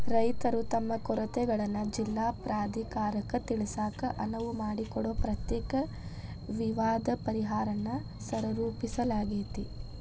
ರೈತರು ತಮ್ಮ ಕೊರತೆಗಳನ್ನ ಜಿಲ್ಲಾ ಪ್ರಾಧಿಕಾರಕ್ಕ ತಿಳಿಸಾಕ ಅನುವು ಮಾಡಿಕೊಡೊ ಪ್ರತ್ಯೇಕ ವಿವಾದ ಪರಿಹಾರನ್ನ ಸಹರೂಪಿಸಲಾಗ್ಯಾತಿ